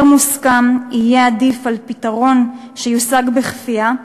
מוסכם יהיה עדיף על פתרון שיושג בכפייה,